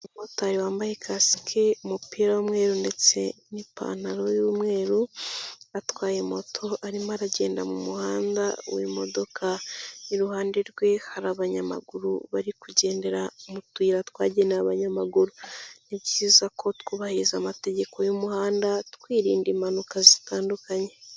Umumotari wambaye ikasike umupira w'umweru ndetse n'ipantaro y'umweru, atwaye moto arimo aragenda mu muhanda w'imodoka, iruhande rwe hari abanyamaguru bari kugendera mu tuyira twagenewe abanyamaguru. Ni byiza ko twubahiriza amategeko y'umuhanda, twirinda impanuka zitandukanye.